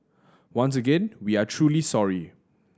once again we are truly sorry